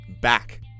back